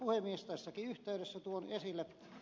tässäkin yhteydessä tuon esille k